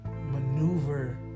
maneuver